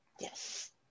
Yes